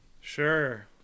Sure